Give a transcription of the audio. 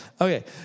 Okay